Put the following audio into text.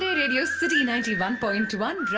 radio city ninety one point one